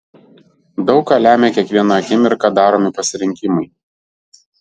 daug ką lemią kiekvieną akimirką daromi pasirinkimai